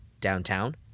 Downtown